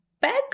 back